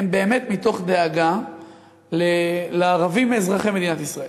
הן באמת מתוך דאגה לערבים אזרחי מדינת ישראל.